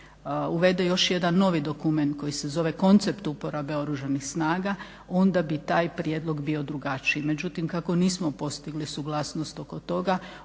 uvede još jedan dokument koji se zove koncept uporabe oružanih snaga, onda bi taj prijedlog bio drugačiji. Međutim kako nismo postigli suglasnost oko toga